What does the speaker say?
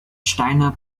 steiner